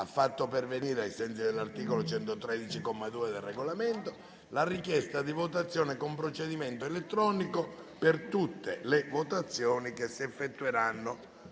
ha fatto pervenire, ai sensi dell'articolo 113, comma 2, del Regolamento, la richiesta di votazione con procedimento elettronico per tutte le votazioni da effettuare nel